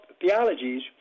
theologies